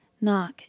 Knock